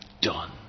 done